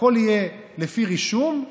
הכול יהיה לפי רישום,